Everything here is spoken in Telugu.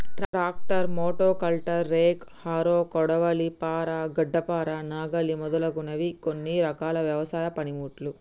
ట్రాక్టర్, మోటో కల్టర్, రేక్, హరో, కొడవలి, పార, గడ్డపార, నాగలి మొదలగునవి కొన్ని రకాల వ్యవసాయ పనిముట్లు